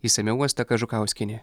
išsamiau asta kažukauskienė